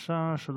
בבקשה, אדוני.